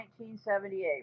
1978